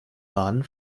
baden